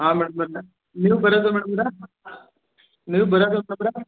ಹಾಂ ಮೇಡಮವ್ರೆ ನೀವು ಬರೋದಿಲ್ವಾ ಮೇಡಮವ್ರೆ ನೀವು ಬರೋದಿಲ್ವಾ ಮೇಡಮ್